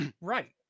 Right